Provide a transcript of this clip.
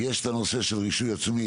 אבל חיים, דווקא כאן יש נושא של רישוי עצמי,